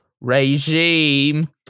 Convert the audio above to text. regime